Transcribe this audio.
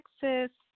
Texas